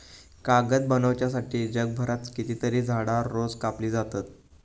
कागद बनवच्यासाठी जगभरात कितकीतरी झाडां रोज कापली जातत